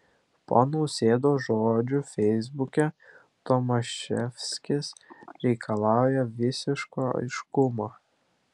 po nausėdos žodžių feisbuke tomaševskis reikalauja visiško aiškumo